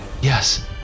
Yes